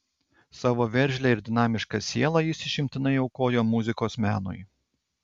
savo veržlią ir dinamišką sielą jis išimtinai aukojo muzikos menui